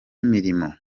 imirimo